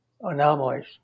anomalies